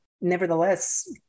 nevertheless